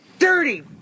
Dirty